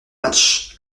match